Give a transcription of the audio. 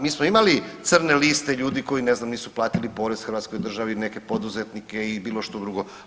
Mi smo imali crne liste ljudi koji, ne znam, nisu platili porez hrvatskoj državi, neke poduzetnike i bilo što drugo.